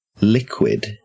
liquid